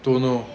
don't know